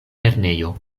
lernejo